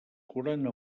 corona